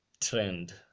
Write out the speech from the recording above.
trend